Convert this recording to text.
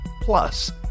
plus